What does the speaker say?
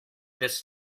this